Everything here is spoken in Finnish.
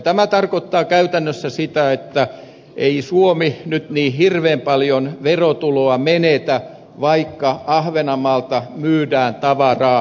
tämä tarkoittaa käytännössä sitä että ei suomi nyt niin hirveän paljon verotuloa menetä vaikka ahvenanmaalta myydään tavaraa suomeen